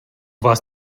vás